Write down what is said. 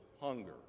hunger